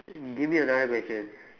give me another question